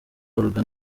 olga